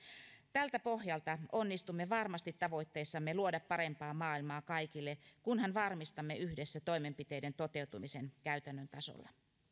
tältä pohjalta onnistumme varmasti tavoitteissamme luoda parempaa maailmaa kaikille kunhan varmistamme yhdessä toimenpiteiden toteutumisen käytännön tasolla